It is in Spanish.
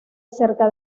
cerca